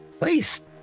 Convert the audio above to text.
Please